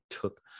took